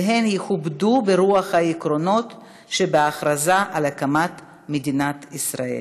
והן יכובדו ברוח העקרונות שבהכרזה על הקמת מדינת ישראל".